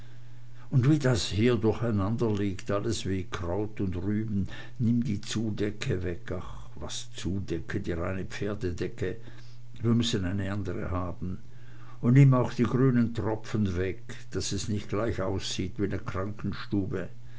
und wie das hier durcheinanderliegt alles wie kraut und rüben nimm die zudecke weg ach was zudecke die reine pferdedecke wir müssen eine andre haben und nimm auch die grünen tropfen weg daß es nicht gleich aussieht wie ne krankenstube